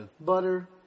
Butter